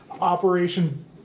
Operation